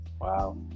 Wow